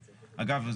אגב,